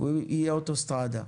יהיה אוטוסטרדה.